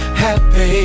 happy